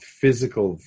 physical